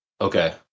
Okay